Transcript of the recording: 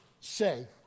say